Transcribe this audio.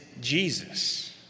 Jesus